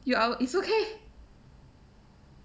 you are it's okay